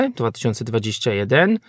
2021